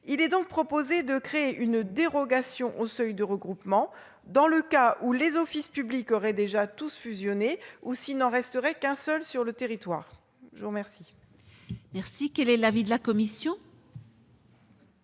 Il est donc proposé ici de créer une dérogation au seuil de regroupement, dans le cas où les offices publics auraient déjà tous fusionné ou s'il n'en restait qu'un seul sur le territoire. Quel est l'avis de la commission ?